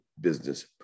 business